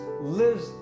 lives